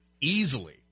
easily